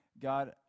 God